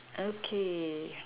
okay